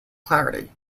clarity